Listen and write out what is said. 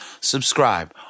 Subscribe